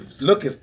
look